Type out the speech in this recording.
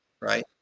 Right